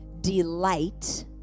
delight